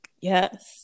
Yes